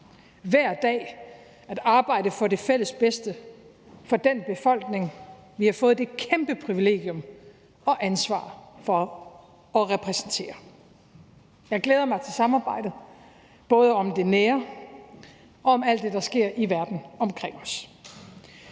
hver dag at arbejde for det fælles bedste for den befolkning, vi har fået det kæmpe privilegium og ansvar at repræsentere. Jeg glæder mig til samarbejdet, både om det nære og om alt det, der sker i verden omkring os.